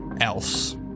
else